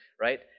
right